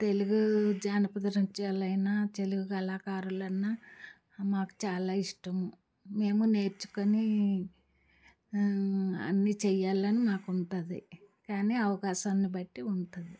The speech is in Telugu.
తెలుగు జానపద నృత్యాలైన తెలుగు కళాకారులన్నా మాకు చాలా ఇష్టము మేము నేర్చుకొని అన్ని చేయాలని మాకు ఉంటుంది కానీ అవకాశాన్ని బట్టి ఉంటుంది